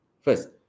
First